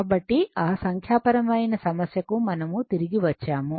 కాబట్టి ఆ సంఖ్యాపరమైన సమస్యకు మనం తిరిగి వచ్చాము